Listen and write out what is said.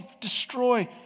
destroy